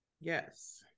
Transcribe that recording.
Yes